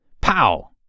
Pow